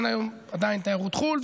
אין היום עדיין תיירות חו"ל.